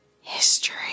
history